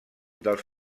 dels